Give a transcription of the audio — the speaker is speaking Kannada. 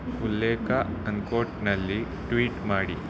ಉಲ್ಲೇಖ ಅನ್ಕೋಟ್ನಲ್ಲಿ ಟ್ವೀಟ್ ಮಾಡಿ